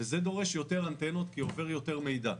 וזה דורש יותר אנטנות כי עובר יותר מידע.